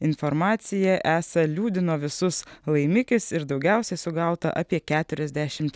informacija esą liūdino visus laimikis ir daugiausiai sugauta apie keturiasdešimt